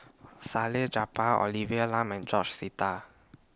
Salleh Japar Olivia Lum and George Sita